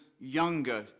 younger